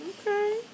okay